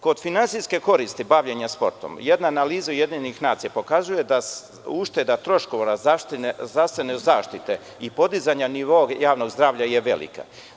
Kod finansijske koristi bavljenja sportom, jedna analiza UN pokazuje da ušteda troškova zdravstvene zaštite i podizanja nivoa javnog zdravlja je velika.